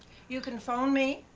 you can phone me.